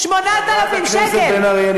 8,000 שקל.